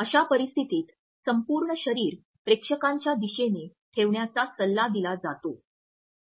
अशा परिस्थितीत संपूर्ण शरीर प्रेक्षकांच्या दिशेने ठेवण्याचा सल्ला दिला जातो